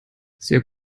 sehr